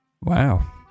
Wow